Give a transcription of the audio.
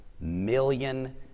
million